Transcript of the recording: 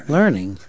Learning